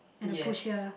and a push here